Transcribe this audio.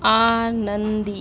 आनंदी